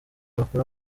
bakura